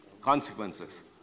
consequences